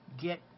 get